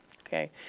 Okay